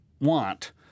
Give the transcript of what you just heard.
want